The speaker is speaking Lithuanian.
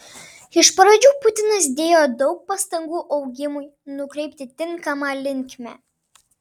iš pradžių putinas dėjo daug pastangų augimui nukreipti tinkama linkme